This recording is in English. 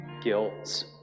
guilt